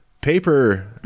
paper